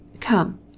Come